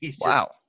Wow